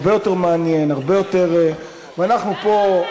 הרבה יותר מעניין, ואנחנו פה.